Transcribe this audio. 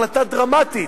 החלטה דרמטית,